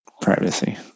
privacy